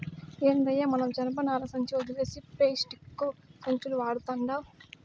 ఏందయ్యో మన జనపనార సంచి ఒదిలేసి పేస్టిక్కు సంచులు వడతండావ్